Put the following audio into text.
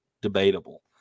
debatable